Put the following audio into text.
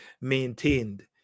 maintained